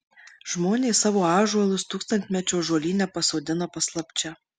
žmonės savo ąžuolus tūkstantmečio ąžuolyne pasodina paslapčia